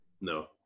No